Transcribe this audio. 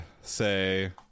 say